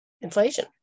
inflation